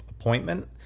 appointment